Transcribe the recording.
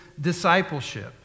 discipleship